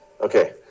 Okay